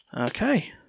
okay